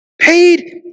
Paid